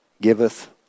giveth